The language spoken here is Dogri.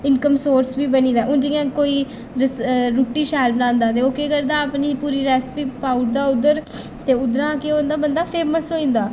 इन्कम सोर्स बी बनी दा हून जि'यां कोई जिस रुट्टी शैल बनांदा ते ओह् केह् करदा अपनी पूरी रैसपी पाई ओड़दा उद्धर ते उद्धरा केह् होंदा बंदा फेमस होई जंदा